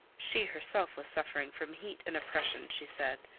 she herself was suffering from heat and oppression, she said.